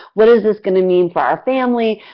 what is this going to mean for our family?